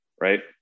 right